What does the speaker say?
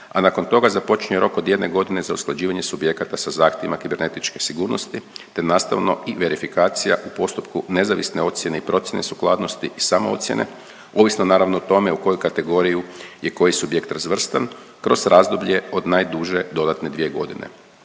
a nakon toga započinje rok od jedne godine za usklađivanje subjekata sa zahtjevima kibernetičke sigurnosti te nastavno i verifikacija u postupku nezavisne ocjene i procjene sukladnosti i samoocjene, ovisno naravno o tome u koju kategoriju je koji subjekt razvrstan kroz razdoblje od najduže dodatne dvije godine.